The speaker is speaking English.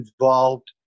involved